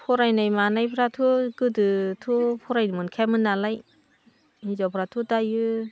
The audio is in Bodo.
फरायनाय मानायफ्राथ' गोदोथ' फरायनो मोनखायामोन नालाय हिनजावफ्राथ' दायो